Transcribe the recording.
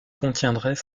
contiendrait